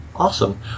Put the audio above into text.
Awesome